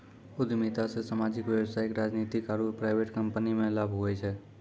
उद्यमिता से सामाजिक व्यवसायिक राजनीतिक आरु प्राइवेट कम्पनीमे लाभ हुवै छै